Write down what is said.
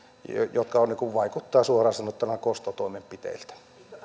jotka vaikuttavat suoraan sanottuna kostotoimenpiteiltä